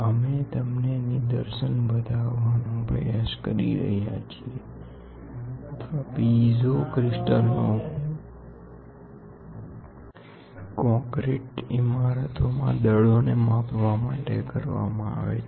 અમે તમને નિદર્શન બતાવવાનો પ્રયાસ કરી રહ્યા છીએ અથવા પીઝો ક્રિસ્ટલ નો ઉપયોગ કોંક્રિટ ઇમારતોમાં દળોને માપવા માટે કરવામાં આવે છે